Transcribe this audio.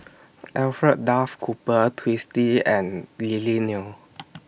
Alfred Duff Cooper Twisstii and Lily Neo